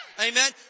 Amen